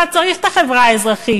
למה בכלל צריך את החברה האזרחית?